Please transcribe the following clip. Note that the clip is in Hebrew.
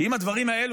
שאם הדברים האלה,